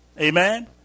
Amen